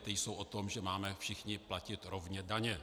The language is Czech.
Ty jsou o tom, že máme všichni platit rovně daně.